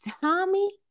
Tommy